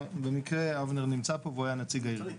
במקרה אבנר נמצא פה והוא היה נציג הארגון.